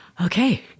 okay